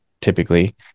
typically